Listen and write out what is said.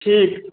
ठीक